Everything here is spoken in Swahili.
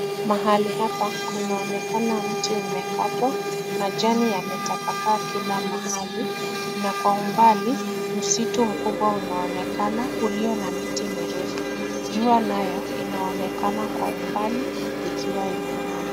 Mahali hapa kunaonekana mti umekatwa, majani yametapakaa kila mahali, na kwa umbali, msitu mkubwa unaonekana, ulio na miti mirefu. Jua nayo inaonekana kwa umbali, ikiwa imeng'aa.